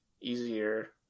easier